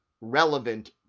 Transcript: relevant